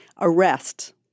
arrest